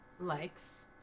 likes